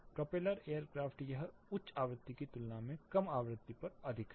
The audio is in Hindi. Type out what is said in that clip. प्रोपेलर एयर क्राफ्ट यह उच्च आवृत्ति की तुलना में कम आवृत्ति पर अधिक है